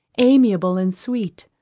amiable, and sweet!